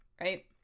right